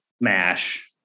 Mash